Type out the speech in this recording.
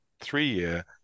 three-year